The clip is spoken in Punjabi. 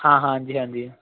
ਹਾਂ ਹਾਂਜੀ ਹਾਂਜੀ